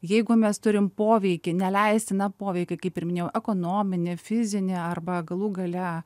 jeigu mes turim poveikį neleistiną poveikį kaip ir minėjau ekonominį fizinį arba galų gale